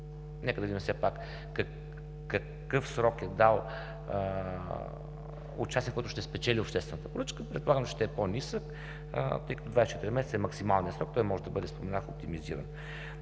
Нека да видим все пак какъв срок е дал участникът, който ще спечели обществената поръчка. Предполагам, че ще е по-нисък, тъй като 24 месеца е максималният срок, а той може да бъде оптимизиран.